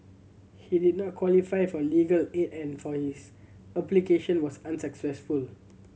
he did not qualify for legal aid and for his application was unsuccessful